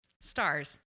Stars